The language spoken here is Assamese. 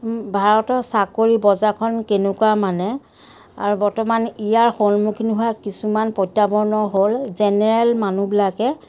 ভাৰতৰ চাকৰিৰ বজাৰখন কেনেকুৱা মানে বৰ্তমান ইয়াৰ সন্মুখীন হোৱা কিছুমান প্ৰত্যাহ্বান হ'ল জেনেৰেল মানুহবিলাকে